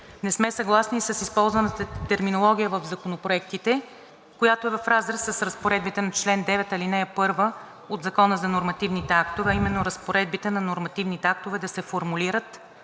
Не сме съгласни и с използваната терминология в законопроектите, която е в разрез с разпоредбите на чл. 9, ал. 1 от Закона за нормативните актове, а именно разпоредбите на нормативните актове да се формулират